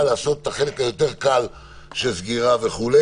לעשות את החלק היותר קל של סגירה וכו'.